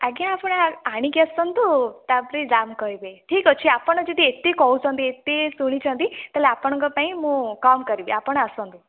ଆଜ୍ଞା ଆପଣ ଆଣିକି ଆସନ୍ତୁ ତାପରେ ଦାମ୍ କହିବି ଠିକ ଅଛି ଆପଣ ଯଦି ଏତେ କହୁଛନ୍ତି ଏତେ ଶୁଣିଛନ୍ତି ତାହେଲେ ଆପଣଙ୍କ ପାଇଁ ମୁଁ କମ୍ କରିବି ଆପଣ ଆସନ୍ତୁ